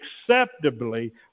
acceptably